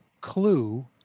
clue